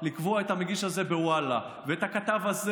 לקבוע את המגיש הזה בוואלה ואת הכתב הזה